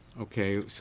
Okay